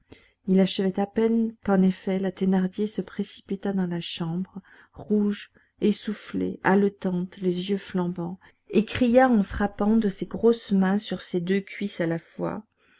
il achevait à peine qu'en effet la thénardier se précipita dans la chambre rouge essoufflée haletante les yeux flambants et cria en frappant de ses grosses mains sur ses deux cuisses à la fois